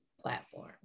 platform